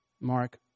Mark